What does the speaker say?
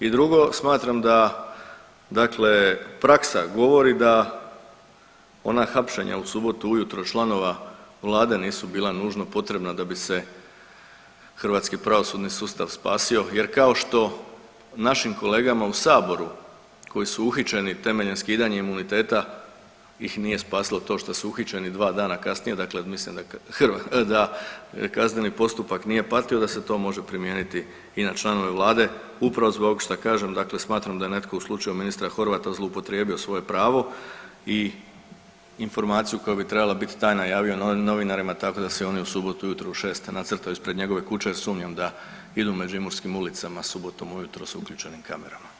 I drugo smatram da, dakle praksa govori da ona hapšenja u subotu ujutro članova vlade nisu bila nužno potrebna da bi se hrvatski pravosudni sustav spasio jer kao što našim kolegama u saboru koji su uhićeni temeljem skidanja imuniteta ih nije spasilo to što su uhićeni 2 dana kasnije, dakle mislim da kazneni postupak nije patio da se to može primijeniti i na članove vlade upravo zbog šta kažem dakle, smatram da je netko u slučaju ministra Horvata zloupotrijebio svoje pravo i informaciju koja bi trebala biti tajna javio novinarima tako da se oni u subotu ujutro u 6 nacrtaju ispred njegove kuće jer sumnjam da idu međimurskim ulicama subotom ujutro s uključenim kamerama.